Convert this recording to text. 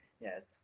yes